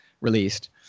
released